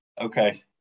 Okay